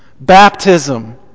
baptism